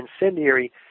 incendiary